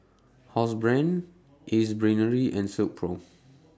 Housebrand Ace Brainery and Silkpro